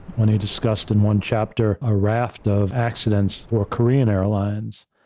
when he discussed in one chapter, a raft of accidents for korean airlines,